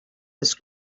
his